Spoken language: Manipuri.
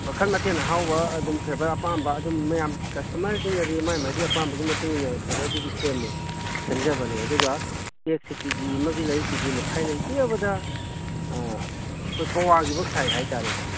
ꯃꯈꯟ ꯃꯊꯦꯟ ꯑꯍꯥꯎꯕ ꯑꯗꯨꯝ ꯐ꯭ꯂꯦꯚꯔ ꯑꯄꯥꯝꯕ ꯑꯗꯨꯝ ꯃꯌꯥꯝ ꯀꯁꯇꯃꯔꯁꯤꯡꯅꯗꯤ ꯃꯥꯒꯤ ꯃꯥꯒꯤ ꯑꯄꯥꯝꯕꯒꯤ ꯃꯇꯨꯡꯏꯟꯅ ꯐ꯭ꯂꯦꯚꯔꯗꯨꯗꯤ ꯁꯦꯝꯃꯦ ꯁꯦꯝꯖꯕꯅꯦ ꯑꯗꯨꯒ ꯀꯦꯛꯁꯦ ꯀꯦ ꯖꯤ ꯑꯃꯒꯤ ꯂꯩ ꯀꯦ ꯖꯤ ꯃꯈꯥꯏ ꯂꯩ ꯄꯤꯛꯑꯕꯗ ꯑꯩꯈꯣꯏ ꯄꯋꯥꯒꯤꯕꯣꯛ ꯁꯥꯏ ꯍꯥꯏꯇꯥꯔꯦꯀꯣ